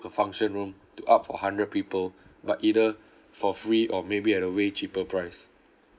the function room to up for hundred people but either for free or maybe at a way cheaper price